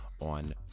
on